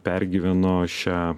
pergyveno šią